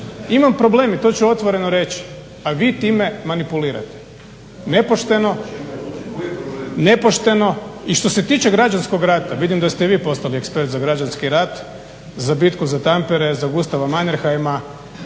Imam problem i to ću otvoreno reći, a vi time manipulirate nepošteno. I što se tiče građanskog rata, vidim da ste i vi postali ekspert za građanski rat, za bitku za … /Govornik se ne